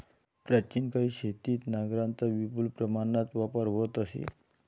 प्राचीन काळी शेतीत नांगरांचा विपुल प्रमाणात वापर होत असे